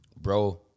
Bro